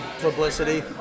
publicity